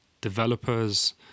developers